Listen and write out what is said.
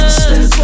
step